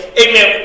amen